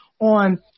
on